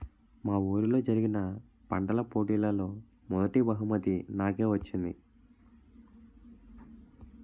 మా వూరిలో జరిగిన పంటల పోటీలలో మొదటీ బహుమతి నాకే వచ్చింది